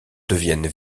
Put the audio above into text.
deviennent